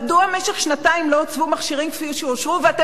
מדוע במשך שנתיים לא הוצבו מכשירים כפי שאושרו ואתם